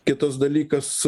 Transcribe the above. kitas dalykas